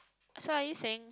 so are you saying